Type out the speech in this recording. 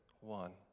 one